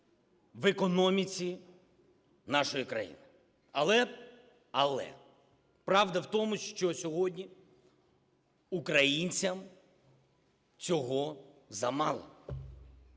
в економіці нашої країни. Але, правда в тому, що сьогодні українцям цього замало.